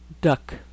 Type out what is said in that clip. duck